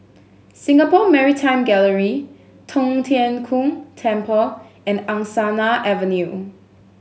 Singapore Maritime Gallery Tong Tien Kung Temple and Angsana Avenue